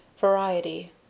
Variety